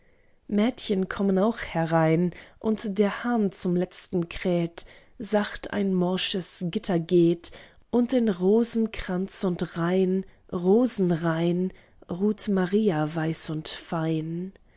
mädchen kommen auch herein und der hahn zum letzten kräht sacht ein morsches gitter geht und in rosen kranz und reihn rosenreihn ruht maria weiß und fein